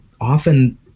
often